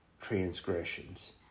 transgressions